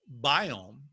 biome